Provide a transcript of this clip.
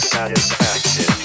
Satisfaction